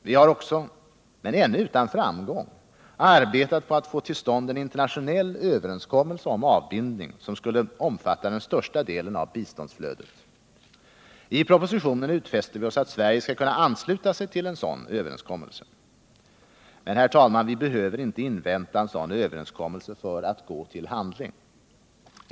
Vi har också — men ännu utan framgång — arbetat på att få till stånd en internationell överenskommelse om avbindning, som skulle omfatta den största delen av biståndsflödet. I propositionen utfäster vi oss att Sverige skall kunna ansluta sig till en sådan överenskommelse. Men, herr talman, vi behöver inte invänta en sådan överenskommelse för att gå till handling.